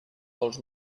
vols